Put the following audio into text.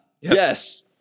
yes